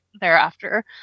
thereafter